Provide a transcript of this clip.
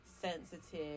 sensitive